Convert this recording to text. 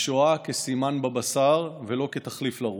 השואה כסימן בבשר ולא כתחליף לרוח.